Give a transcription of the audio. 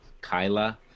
Kyla